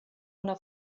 una